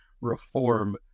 reform